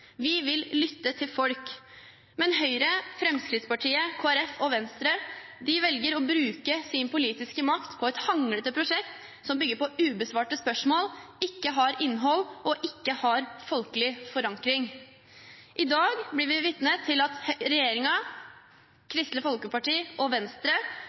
Vi vil lytte til folk. Men Høyre, Fremskrittspartiet, Kristelig Folkeparti og Venstre velger å bruke sin politiske makt på et hanglete prosjekt som bygger på ubesvarte spørsmål, ikke har innhold og ikke har folkelig forankring. I dag blir vi vitne til at regjeringen, Kristelig Folkeparti og Venstre